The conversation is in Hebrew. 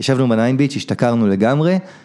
ישבנו בניין ביץ', השתכרנו לגמרי.